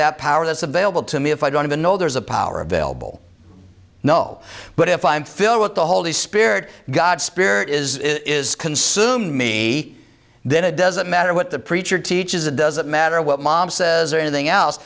that power that's available to me if i don't even know there's a power available no but if i'm filled with the holy spirit god's spirit is it is consume me then it doesn't matter what the preacher teaches it doesn't matter what mom says or anything else